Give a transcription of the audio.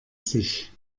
sich